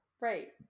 Right